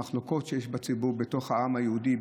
עם מחלוקות שיש בציבור בתוך העם היהודי,